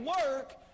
work